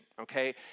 okay